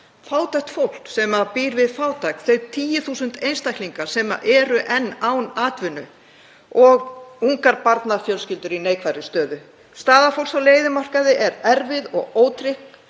fólk sem býr við fátækt, þeir 10.000 einstaklingar sem eru enn án atvinnu og ungar barnafjölskyldur í neikvæðri stöðu. Staða fólks á leigumarkaði er erfið og ótrygg,